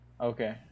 Okay